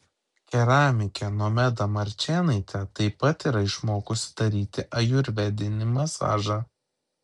keramikė nomeda marčėnaitė taip pat yra išmokusi daryti ajurvedinį masažą